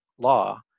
law